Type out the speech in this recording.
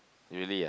really ah